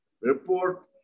report